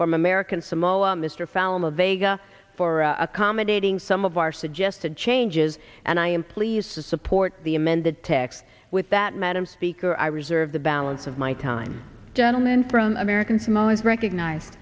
from american samoa mr falmouth vega for accommodating some of our suggested changes and i am pleased to support the amend the text with that madam speaker i reserve the balance of my time gentleman from americans most recognize